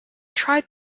tried